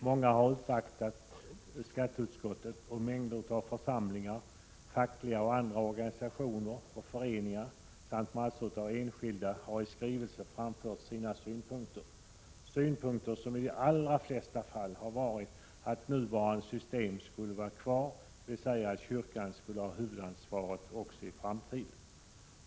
Många har uppvaktat skatteutskottet, och mängder av församlingar, fackliga och andra organisationer och föreningar samt mängder av enskilda har i skrivelser framfört sina synpunkter, synpunkter som i de allra flesta fall har gått ut på att nuvarande system skall vara kvar, dvs. kyrkan skall ha huvudansvaret också i framtiden.